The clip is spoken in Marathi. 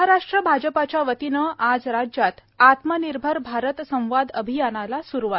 महाराष्ट् भाजपाच्या वतीनं आज राज्यात आत्मनिर्भर भारत संवाद अभियानाला सुरुवात